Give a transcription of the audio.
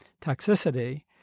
toxicity